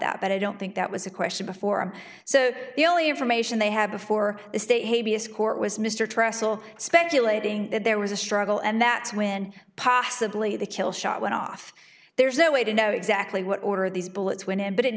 that but i don't think that was a question before him so the only information they had before the state b s court was mr tressel speculating that there was a struggle and that when possibly the kill shot went off there's no way to know exactly what order these bullets went and but it